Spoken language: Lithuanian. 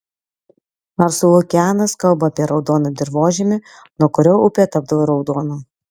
nors lukianas kalba apie raudoną dirvožemį nuo kurio upė tapdavo raudona